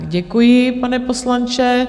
Děkuji, pane poslanče.